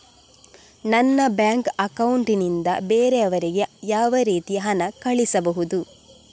ನನ್ನ bank account ನಿಂದ ಬೇರೆಯವರಿಗೆ ಯಾವ ರೀತಿ ಹಣ ಕಳಿಸಬಹುದು?